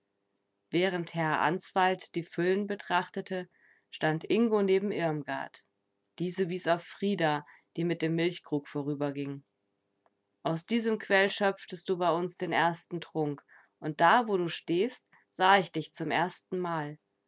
während herr answald die füllen betrachtete stand ingo neben irmgard diese wies auf frida die mit dem milchkrug vorüberging aus diesem quell schöpftest du bei uns den ersten trunk und da wo du stehst sah ich dich zum erstenmal